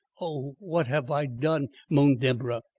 oh, what have i done! moaned deborah,